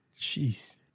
Jeez